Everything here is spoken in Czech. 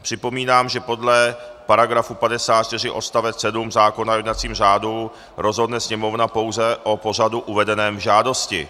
Připomínám, že podle § 54 odst. 7 zákona o jednacím řádu rozhodne Sněmovna pouze o pořadu uvedeném v žádosti.